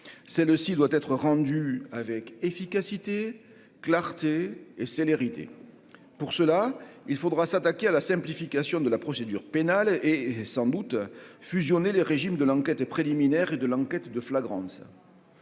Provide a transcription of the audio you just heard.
le-ci doit être rendu avec efficacité, clarté et célérité pour cela, il faudra s'attaquer à la simplification de la procédure pénale et sans doute fusionner les régimes de l'enquête préliminaire et de l'enquête de flagrance.